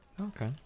Okay